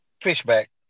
Fishback